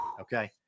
Okay